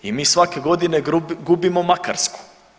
I mi svake godine gubimo Makarsku.